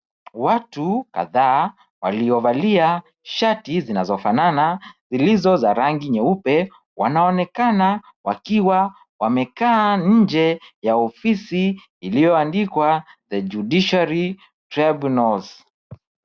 Watu kadhaa waliovalia shati zinazofanana, zilizo za rangi nyeupe, wanaonekana wakiwa wamekaa nje ya ofisi ilioandikwa the judiciary tribunals.